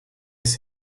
esse